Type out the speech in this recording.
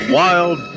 wild